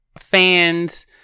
fans